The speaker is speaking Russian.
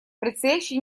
предстоящие